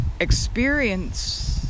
experience